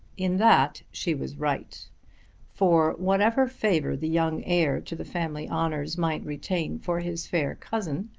in that she was right for whatever favour the young heir to the family honours might retain for his fair cousin,